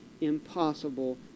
impossible